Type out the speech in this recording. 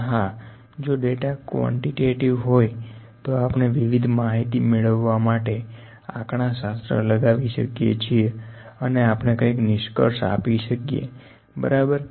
પણ હા જો ડેટા ક્વોન્ટીટેટીવ હોય તો આપણે વિવિધ માહિતી મેળવવા માટે આંકડાશાસ્ત્ર લગાવી શકીએ છીએ અને આપણે કંઈક નિષ્કર્ષ આપી શકીએ બરાબર